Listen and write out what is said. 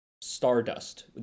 Stardust